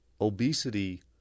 obesity